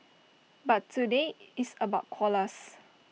but today it's about koalas